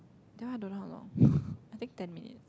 that one I don't know how long I think ten minutes